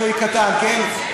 היה שינוי קטן, כן.